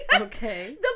okay